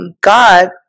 God